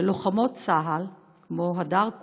של לוחמות צה"ל, כמו הדר כהן,